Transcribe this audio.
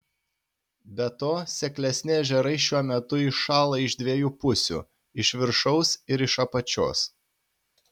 be to seklesni ežerai šiuo metu įšąla iš dviejų pusių iš viršaus ir iš apačios